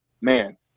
Man